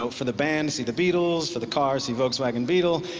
for the band, see the beatles, for the car see volkswagon beetle,